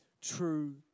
true